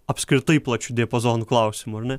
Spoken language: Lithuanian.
apskritai plačiu diapazonu klausimų ar ne